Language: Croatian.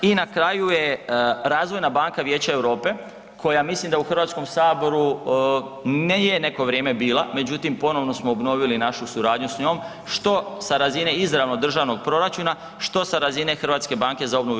I na kraju je Razvojna banka Vijeća Europe koja mislim da u Hrvatskom saboru nije neko vrijeme bila, međutim ponovno smo obnovili našu suradnju s njom što sa razine izravnog državnog proračuna, što sa razine HBOR-a.